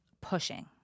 pushing